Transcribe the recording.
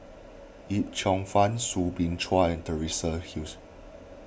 Yip Cheong Fun Soo Bin Chua and Teresa Hsu